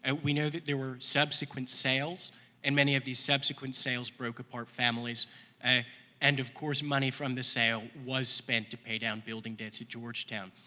and we know that there were subsequent sales and many of these subsequent sales broke apart families and of course money from the sale was spent to pay down building debts at georgetown.